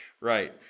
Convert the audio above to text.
Right